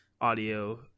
audio